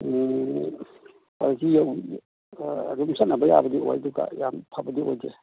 quality ꯑꯗꯨꯝ ꯆꯠꯅꯕ ꯌꯥꯕꯗꯤ ꯑꯣꯏ ꯑꯗꯨꯒ ꯌꯥꯝ ꯐꯕꯗꯤ ꯑꯣꯏꯗꯦ